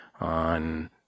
on